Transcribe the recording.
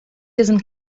doesn’t